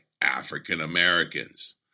African-Americans